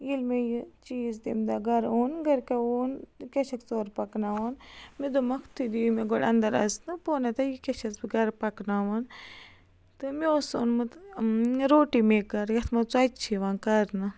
ییٚلہِ مےٚ یہِ چیٖز تمہِ دۄہ گَرٕ اوٚن گَرکیو ووٚن یہِ کیٛاہ چھَکھ ژٕ اورٕ پَکناوان مےٚ دوٚپمَکھ تُہۍ دِیِو مےٚ گۄڈٕ انٛدَر اَژنہٕ بہٕ وَنو تۄہہِ یہِ کیٛاہ چھَس بہٕ گَرٕ پَکناوان تہٕ مےٚ اوس اوٚنمُت روٹی میکَر یَتھ منٛز ژۄچہِ چھِ یِوان کَرنہٕ